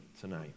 tonight